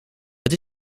het